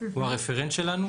הוא הרפרנט שלנו.